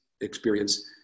experience